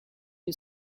you